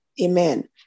Amen